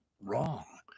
wrong